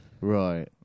Right